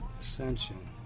ascension